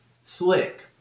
Slick